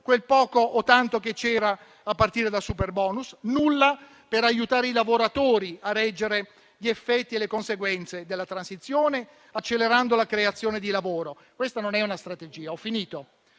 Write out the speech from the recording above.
quel poco o tanto che c'era, a partire dal superbonus. Non fate alcunché per aiutare i lavoratori a reggere gli effetti e le conseguenze della transizione accelerando la creazione di lavoro. Questa non è una strategia: è qualcosa